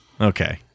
Okay